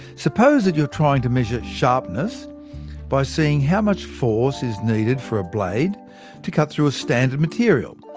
suppose that you are trying to measure sharpness by seeing how much force is needed for a blade to cut through a standard material,